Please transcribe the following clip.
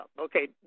okay